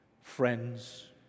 friends